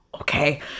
okay